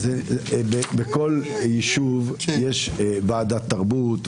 בכל יישוב יש ועדת תרבות,